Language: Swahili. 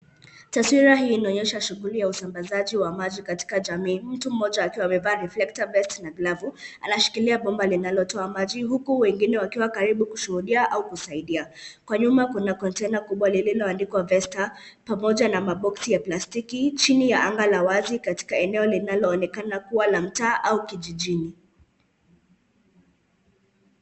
Taswira hii inaonesha shughuli ya usambazaji wa maji katika jamii mtu mmoja akiwa amevaa reflector vest na glavu. Anashikilia bomba linalotoa maji huku wengine wakiwa karibu kushuhudia au kusaidia. Kwa nyuma kuna container kubwa lililoandikwa vesta pamoja na maboksi ya plastiki chini ya anga la wazi katika eneo linaloonekana kuwa la mtaa au kijijini.